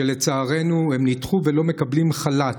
לצערנו הם נדחו ולא מקבלים חל"ת.